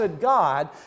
God